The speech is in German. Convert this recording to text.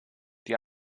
die